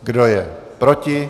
Kdo je proti?